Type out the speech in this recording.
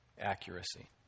accuracy